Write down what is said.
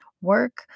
work